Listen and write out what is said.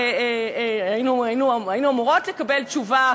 היינו אמורות לקבל תשובה,